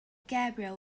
gabriel